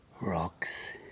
rocks